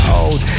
old